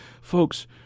Folks